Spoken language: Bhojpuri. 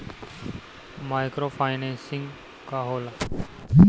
माइक्रो फाईनेसिंग का होला?